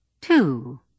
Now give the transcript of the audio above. Two